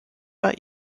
war